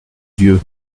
dieu